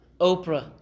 Oprah